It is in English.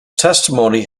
testimony